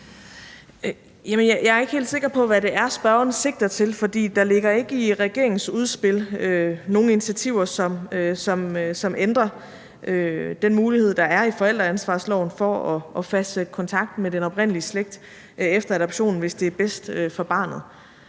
Jeg er ikke helt sikker på, hvad det er, spørgeren sigter til, for der ligger ikke i regeringens udspil nogen initiativer, som ændrer den mulighed, der er i forældreansvarsloven, for at fastsætte kontakt med den oprindelige slægt efter adoptionen, hvis det er bedst for barnet.